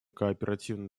кооперативной